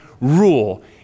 rule